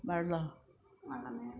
വെള്ളോ